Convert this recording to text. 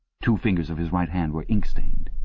two fingers of his right hand were inkstained.